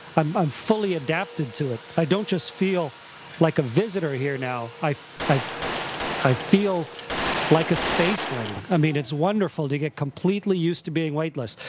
i'm i'm fully adapted to it. i don't just feel like a visitor here now. i i feel like a spaceling. i mean it's wonderful to get completely used to being weightless,